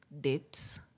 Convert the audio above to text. dates